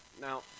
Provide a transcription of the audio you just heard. Now